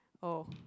O